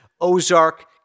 Ozark